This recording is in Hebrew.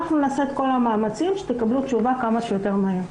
נעשה את כל המאמצים שתקבלו תשובה כמה שיותר מהר.